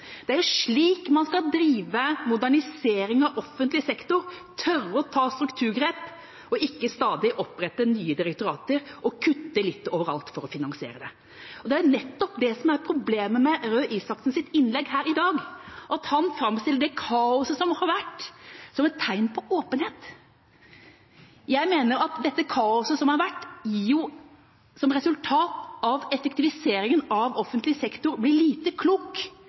Det er slik man skal drive modernisering av offentlig sektor, tørre å ta strukturgrep og ikke stadig opprette nye direktorater og kutte litt overalt for å finansiere det. Det er nettopp det som er problemet med Røe Isaksens innlegg her i dag, at han framstiller det kaoset som har vært, som et tegn på åpenhet. Jeg mener at dette kaoset som har vært, gir som resultat at effektiviseringen av offentlig sektor blir lite klok.